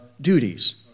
duties